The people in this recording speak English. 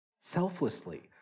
selflessly